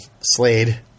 Slade